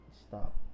stop